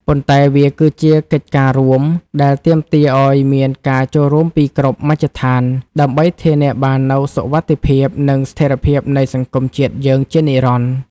ប៉ុន្តែវាគឺជាកិច្ចការរួមដែលទាមទារឱ្យមានការចូលរួមពីគ្រប់មជ្ឈដ្ឋាន ដើម្បីធានាបាននូវសុវត្ថិភាព និងស្ថិរភាពនៃសង្គមជាតិយើងជានិរន្តរ៍។